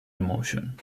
emotion